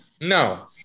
No